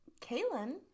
kaylin